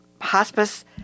Hospice